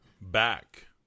back